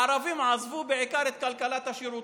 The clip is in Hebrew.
לערבים השאירו בעיקר את כלכלת השירותים,